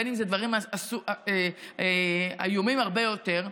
בין אם זה דברים איומים הרבה יותר,